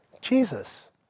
Jesus